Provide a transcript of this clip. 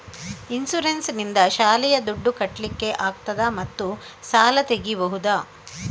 Insurance ನಿಂದ ಶಾಲೆಯ ದುಡ್ದು ಕಟ್ಲಿಕ್ಕೆ ಆಗ್ತದಾ ಮತ್ತು ಸಾಲ ತೆಗಿಬಹುದಾ?